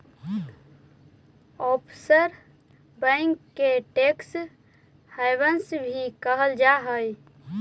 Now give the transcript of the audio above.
offshore bank के tax havens भी कहल जा हइ